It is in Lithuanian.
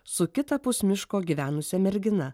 su kitapus miško gyvenusia mergina